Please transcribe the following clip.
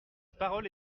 parole